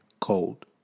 cold